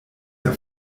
der